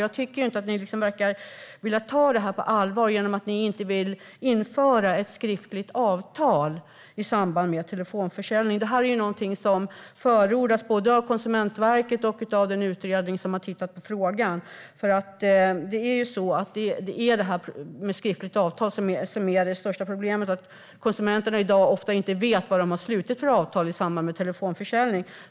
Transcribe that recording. Jag tycker inte att ni verkar vilja ta detta på allvar eftersom ni inte vill införa krav på ett skriftligt avtal i samband med telefonförsäljning. Detta är ju något som förordas både av Konsumentverket och av den utredning som har tittat på frågan. Det största problemet är ju att konsumenterna i dag ofta inte vet vad de har slutit för avtal i samband med telefonförsäljning.